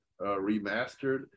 remastered